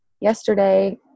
yesterday